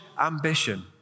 ambition